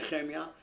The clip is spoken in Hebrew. נחמיה,